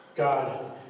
God